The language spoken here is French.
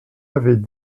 avais